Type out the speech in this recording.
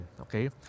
okay